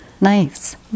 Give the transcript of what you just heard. Nice